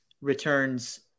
returns